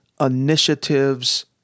initiatives